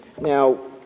Now